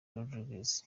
rodríguez